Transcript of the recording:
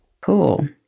Cool